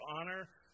honor